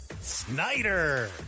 Snyder